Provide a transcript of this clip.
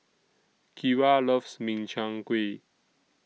Kyra loves Min Chiang Kueh